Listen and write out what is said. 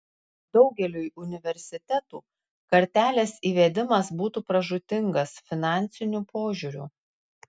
daugeliui universitetų kartelės įvedimas būtų pražūtingas finansiniu požiūriu